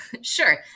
sure